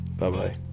Bye-bye